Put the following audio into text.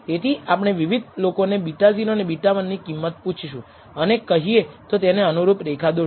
તેથી આપણે વિવિધ લોકોને β0 અને β1 ની કિંમત પૂછ્શુ અને કહીએ તો તેને અનુરૂપ રેખા દોરશુ